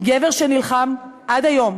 גבר שנלחם עד היום